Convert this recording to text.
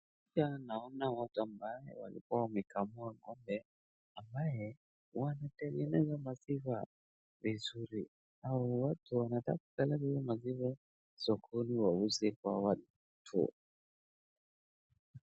Picha naona watu ambao walikuwa wamekamua ng'ombe, ambaye wanatengeneza maziwa vizuri, hawa watu wanataka kupeleka hiyo maziwa sokoni wauze kwa watu.